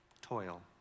toil